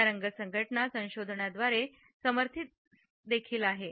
या रंगसंघटना संशोधनाद्वारे समर्थित देखील आहेत